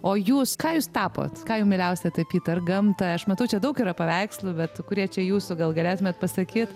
o jūs ką jūs tapot ką jums mieliausia tapyt ar gamtą aš matau čia daug yra paveikslų be tų kurie čia jūsų gal galėtumėt pasakyt